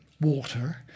water